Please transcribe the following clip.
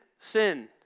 sin